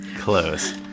Close